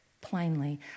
plainly